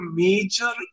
major